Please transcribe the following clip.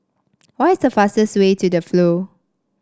what is the fastest way to The Flow